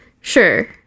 Sure